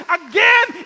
again